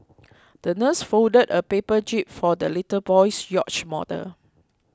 the nurse folded a paper jib for the little boy's yacht model